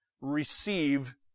receive